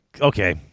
Okay